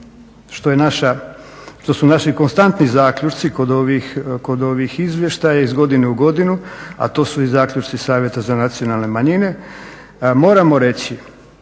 što su naši konstantni zaključci kod ovih izvještaja iz godine u godini, a to su i zaključci savjeta za nacionalne manjine. Moramo reći